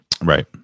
Right